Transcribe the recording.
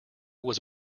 was